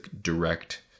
direct